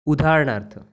उदाहरणार्थ